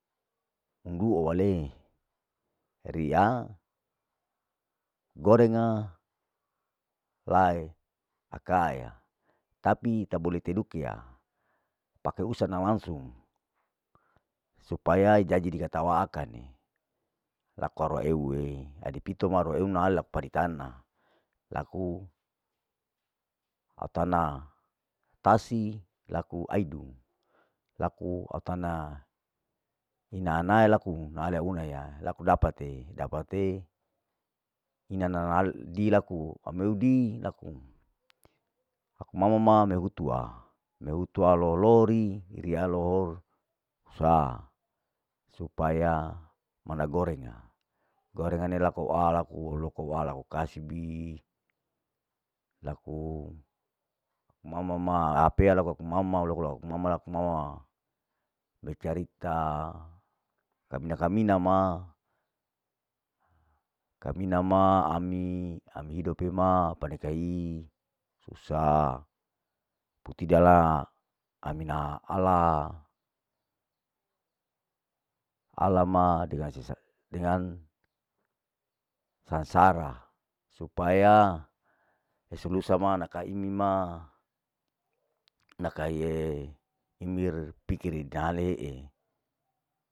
Undua wale riya gorenga laeng akaeya tapi tabole tedukea pake usa na langsung, supaya jadi ikata wakaane, laku aru eue adipito ma reeu laku padi tana, laku au tana tasi, laku aidu, laku au tana ina ae laku nahale unaya, laku dapate. dapate ina naaldi laku meudi laku aku mama mehutua, mehutua lolouri riya lohor sah, supaya mana gorenge, goremg ene alaku loko walau kasbi, laku mamau ma apea laku aku mamau loko laku mama laku mama, me carita kamina kamina ma, kamina ma ami, ami hidope ma paneka hihi, susa, putidala amina ala, ala ma dengan sesa dengan sangsara supaya eso lusa ma nakaimi ma, nakaiee imir pikiri nahalee,